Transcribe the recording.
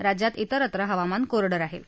राज्यात इतरत्र हवामान कोरडं राहील